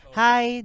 hi